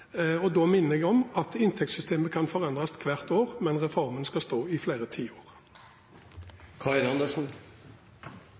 Da minner jeg om at inntektssystemet kan forandres hvert år, men reformen skal stå i flere tiår.